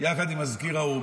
יחד עם מזכיר האו"ם,